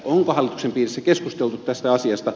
onko hallituksen piirissä keskusteltu tästä asiasta